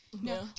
No